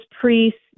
priests